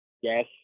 Yes